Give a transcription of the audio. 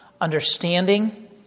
understanding